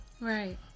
Right